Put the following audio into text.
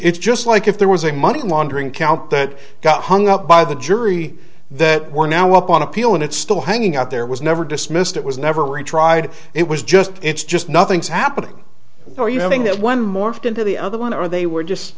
it's just like if there was a money laundering count that got hung up by the jury that we're now up on appeal and it's still hanging out there was never dismissed it was never retried it was just it's just nothing's happening or you having that one morphed into the other one or they were just